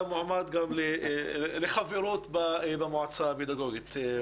אתה מועמד גם לחברות במועצה הפדגוגית.